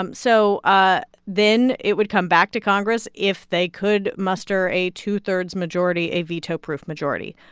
um so ah then it would come back to congress if they could muster a two-thirds majority, a veto-proof majority.